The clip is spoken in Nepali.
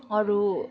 अरू